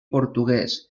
portuguès